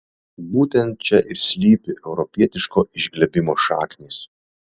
būtent čia ir slypi europietiško išglebimo šaknys